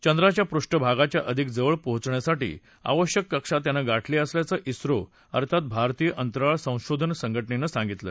चंद्राच्या पृष्ठभागच्या अधिक जवळ पोचण्यासाठी आवश्यक कक्षा त्यानं गाठली असल्याच सो अर्थात भारतीय अंतराळ संशोधन संघटनेनं सांगितलं